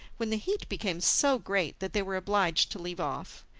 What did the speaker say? when the heat became so great that they were obliged to leave off.